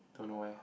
don't know eh